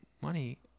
money